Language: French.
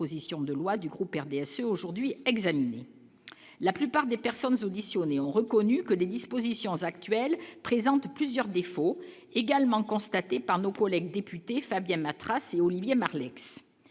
la plupart des personnes auditionnées ont reconnu que les dispositions actuelles présentent plusieurs défauts également constatée par nos collègues députés Fabiana Olivier Marlex